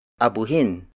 Abuhin